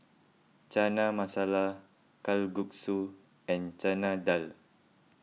Chana Masala Kalguksu and Chana Dal